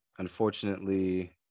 Unfortunately